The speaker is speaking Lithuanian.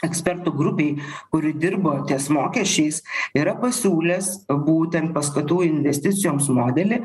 ekspertų grupei kuri dirbo ties mokesčiais yra pasiūlęs būtent paskatų investicijoms modelį